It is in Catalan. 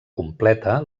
completa